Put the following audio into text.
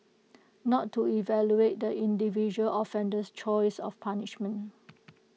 not to evaluate the individual offender's choice of punishment